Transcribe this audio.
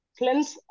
cleanse